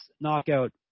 Knockout